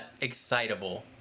excitable